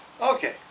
Okay